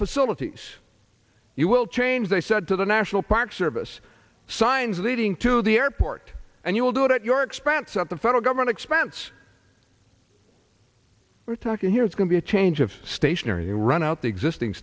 facilities you will change they said to the national park service signs leading to the airport and you will do it at your expense at the federal government expense we're talking here is going to be a change of station or you run out the existing